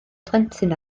plentyn